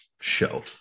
show